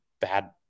bad